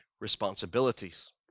responsibilities